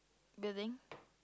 building